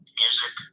music